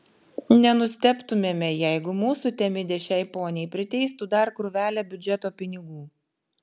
nenustebtumėme jeigu mūsų temidė šiai poniai priteistų dar krūvelę biudžeto pinigų